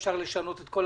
על איזה סדרי גודל